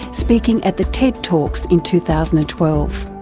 speaking at the ted talks in two thousand and twelve.